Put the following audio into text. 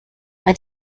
bei